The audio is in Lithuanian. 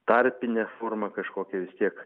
tarpinę formą kažkokią vis tiek